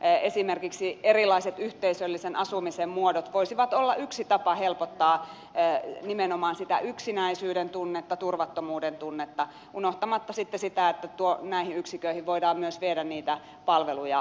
esimerkiksi erilaiset yhteisöllisen asumisen muodot voisivat olla yksi tapa helpottaa nimenomaan sitä yksinäisyyden tunnetta turvattomuuden tunnetta unohtamatta sitten sitä että näihin yksiköihin voidaan myös viedä niitä palveluja mukana